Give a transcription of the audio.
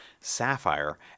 Sapphire